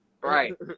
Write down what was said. Right